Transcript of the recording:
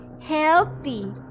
healthy